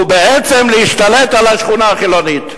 ובעצם להשתלט על השכונה החילונית.